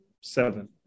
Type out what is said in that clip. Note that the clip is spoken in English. seven